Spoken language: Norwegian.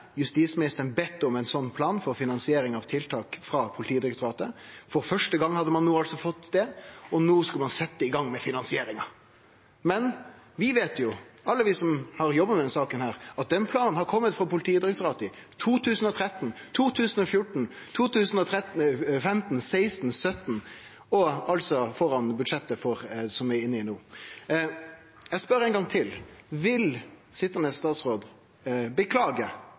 justisministeren bedt om ein slik plan for finansiering av tiltak frå Politidirektoratet. For første gong hadde ein no altså fått det, og no skulle ein setje i gang med finansieringa. Men vi veit jo – alle vi som har jobba med denne saka – at den planen har kome frå Politidirektoratet i 2013, 2014, 2015, 2016, 2017 og altså før budsjettet vi er inne i no. Eg spør ein gong til: Vil sitjande statsråd beklage